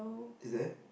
is there